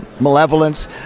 malevolence